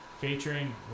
featuring